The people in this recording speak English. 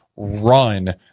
run